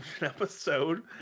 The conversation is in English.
episode